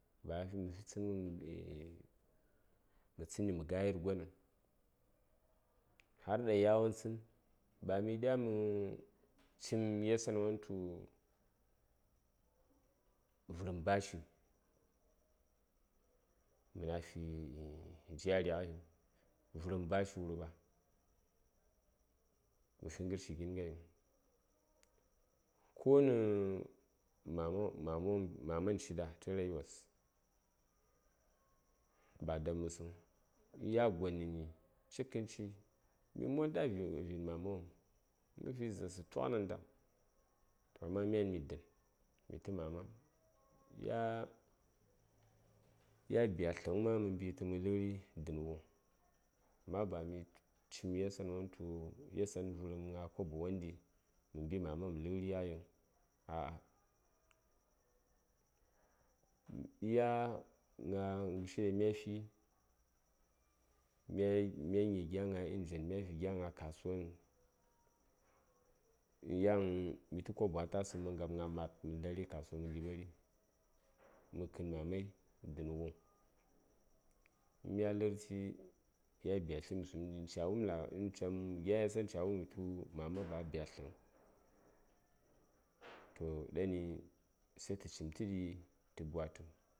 ba a fim kə tsənghə mə tsənni mə ga yir gon har ɗaŋ yawon tsən ba mi dya mi cim yasan tu vərəm bashiŋ məna fi jari ghaiŋ vərəm bashi wurɓa mə fi ghəshi gin ghai ko nə mama wom mama mama ciɗa tə rai ba a dabməsəŋ ya gonni cikkən ci mi monda a vwa mama wopm mə fi mi toknandam amma myan mi dən mitə mama ya byayltəŋ ma mə mbitə mə ləri dən wuŋ ma ba mi cim yasan wonɗi tu yasan vərəm gna kobo wonɗi mə mbi mama ləri ghaiŋ illa gna ghəshi ɗaŋ mya fi mya gnyi gyagna ingen mya fi gya kasuwa yan mitə kobo a tasəŋ ma ngab gna mad mə ndari kasuwa mə ɗiɓari mə kə:n mamai dən wuŋ mya lərti ya byatli mə sumɗi ca wum la gya yasan ca wumi tu mama ba a byatltəŋ to ɗani sai tə cimtədi tə bwatə